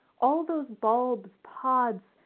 all those bulbs, pods,